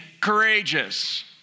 courageous